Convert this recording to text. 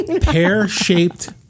pear-shaped